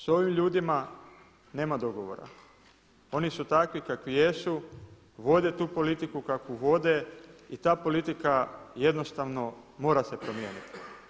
S ovim ljudima nema dogovora, oni su takvi kakvi jesu, vode tu politiku kakvu vode i ta politika jednostavno mora se promijeniti.